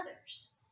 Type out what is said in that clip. others